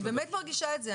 אני באמת מרגישה את זה,